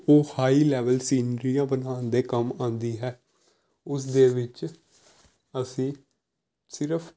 ਉਹ high level ਸੀਨਰੀਆਂ ਬਣਾਉਣ ਦੇ ਕੰਮ ਆਉਂਦੀ ਹੈ ਉਸ ਦੇ ਵਿੱਚ ਅਸੀਂ ਸਿਰਫ